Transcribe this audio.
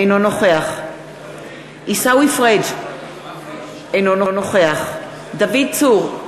אינו נוכח עיסאווי פריג' אינו נוכח דוד צור,